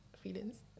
feelings